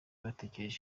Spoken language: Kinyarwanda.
batekereje